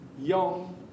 young